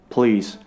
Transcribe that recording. Please